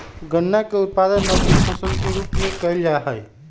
गन्ना के उत्पादन नकदी फसल के रूप में कइल जाहई